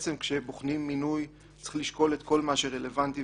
כשבוחנים היום מינוי צריך לשקול כל מה שרלוונטי.